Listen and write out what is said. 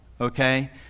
okay